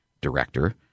director